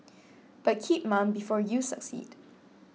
but keep mum before you succeed